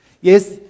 Yes